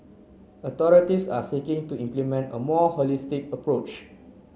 authorities are seeking to implement a more holistic approach